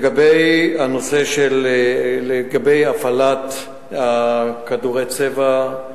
לגבי הפעלת כדורי צבע,